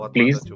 Please